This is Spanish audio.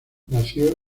nació